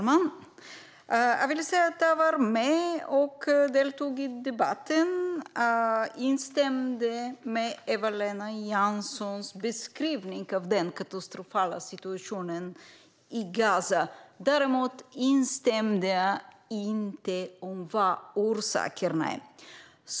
Fru talman! Jag var med och deltog i debatten. Jag instämmer i Eva-Lena Janssons beskrivning av den katastrofala situationen i Gaza, men jag instämmer däremot inte i vad orsakerna är.